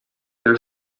their